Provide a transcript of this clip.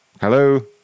Hello